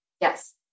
Yes